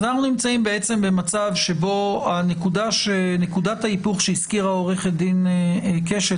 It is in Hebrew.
אז אנחנו נמצאים במצב שבו נקודת ההיפוך שהזכירה עורכת הדין קשת,